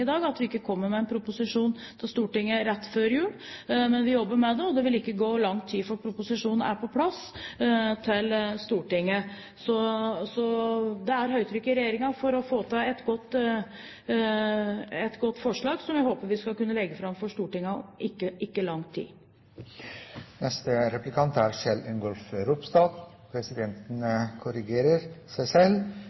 i dag om at vi ikke kommer med en proposisjon til Stortinget rett før jul, men vi jobber med det, og det vil ikke gå lang tid før proposisjonen er på plass i Stortinget. Det er høytrykk i regjeringen for å få til et godt forslag, som jeg håper vi skal kunne legge fram for Stortinget om ikke lang tid.